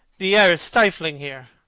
the air is stifling here.